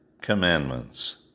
Commandments